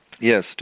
Yes